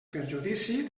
perjudici